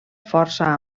força